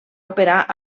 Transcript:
operar